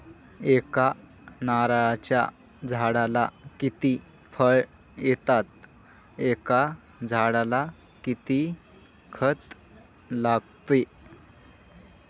एका नारळाच्या झाडाला किती फळ येतात? एका झाडाला किती खत लागते?